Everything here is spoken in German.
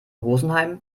rosenheim